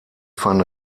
van